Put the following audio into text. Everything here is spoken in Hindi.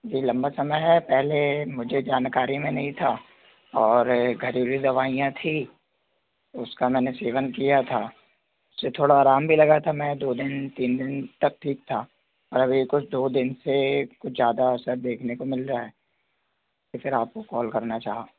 यह लम्बा समय है पहले मुझे जानकारी में नहीं था और घरेलू दवाइयाँ थीं उसका मैंने सेवन किया था उससे थोड़ा आराम भी लगा था मैं दो दिन तीन दिन तक ठीक था अभी कुछ दो दिन से कुछ ज़्यादा असर देखने को मिल रहा है तो फिर आपको कॉल करना चाहा